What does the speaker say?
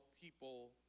people